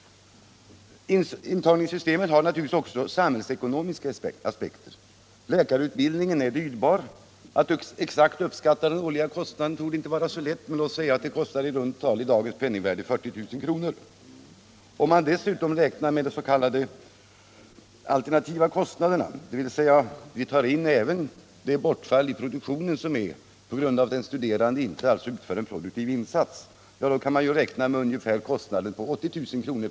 Intagningssystemet har givetvis också samhällsekonomiska aspekter. Läkarutbildningen är dyrbar. Att exakt uppskatta den årliga kostnaden torde inte vara så lätt, men låt oss säga att det kostar i runt tal 40 000 i dagens penningvärde. Om man dessutom räknar med de s.k. alternativa kostnaderna, dvs. även det bortfall i produktionen som uppstår på grund av att de studerande inte gör en produktiv insats, kan man räkna med kostnader på ungefär 80 000 kr.